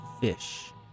fish